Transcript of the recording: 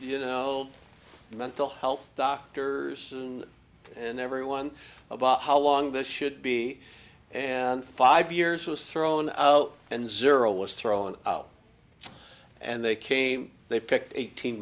you know mental health doctors and everyone about how long this should be and five years was thrown out and zero was thrown out and they came they picked eighteen